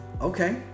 Okay